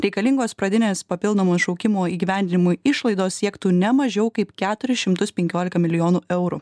reikalingos pradinės papildomos šaukimo įgyvendinimui išlaidos siektų ne mažiau kaip keturis šimtus penkiolika milijonų eurų